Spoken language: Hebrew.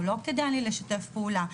או לא כדאי לי לשתף פעולה.